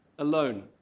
Alone